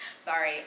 sorry